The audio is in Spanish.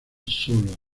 solo